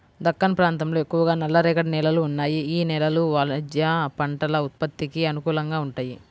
దక్కన్ ప్రాంతంలో ఎక్కువగా నల్లరేగడి నేలలు ఉన్నాయి, యీ నేలలు వాణిజ్య పంటల ఉత్పత్తికి అనుకూలంగా వుంటయ్యి